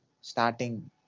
starting